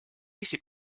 eesti